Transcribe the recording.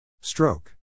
Stroke